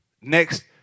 Next